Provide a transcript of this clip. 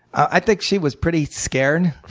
i think she was pretty scared.